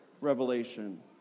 revelation